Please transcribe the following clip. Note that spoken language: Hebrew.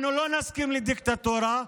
אנחנו לא נסכים לדיקטטורה,